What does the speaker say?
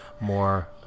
more